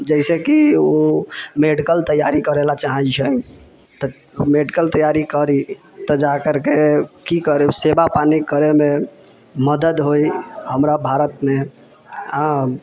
जैसेकि ओ मेडिकल तैयारी करय लए चाहैत छै तऽ मेडिकल तैयारी करी तऽ जाकरके की करब सेवा पानि करयमे मदद होइ हमरा भारतमे हँ